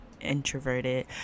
introverted